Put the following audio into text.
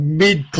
mid